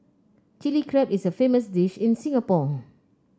Chilli Crab is a famous dish in Singapore